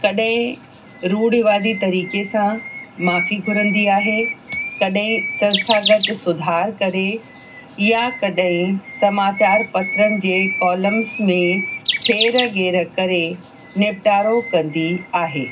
कॾहिं रुढ़िवादी तरीके सां माफी घुरंदी आहे कॾहिं संस्थागत सुधार करे या कॾहिं समाचार पत्रनि जे कॉलम्स में फेर घेर करे निपटारो कंदी आहे